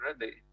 ready